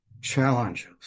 challenges